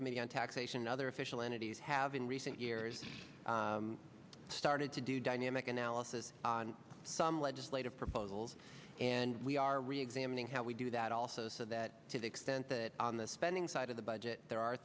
on taxation other official entities have in recent years started to do dynamic analysis on some legislative proposals and we are reexamining how we do that also so that to the extent that on the spending side of the budget there are